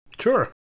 Sure